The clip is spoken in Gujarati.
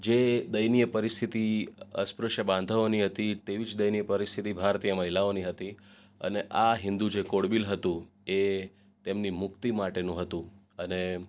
જે દયનીય પરિસ્થિતિ અસ્પૃશ્ય બાંધાઓની હતી તેવી જ દયનીય પરિસ્થિતિ ભારતીય મહિલાઓની હતી અને આ જે હિન્દુ કોડ બિલ હતું એ તેમની મુક્તિ માટેનું હતું અને